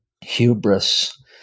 hubris